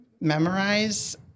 memorize